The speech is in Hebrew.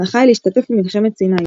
והחיל השתתף במלחמת סיני.